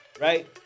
Right